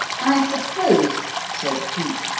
i suppose, said cleek,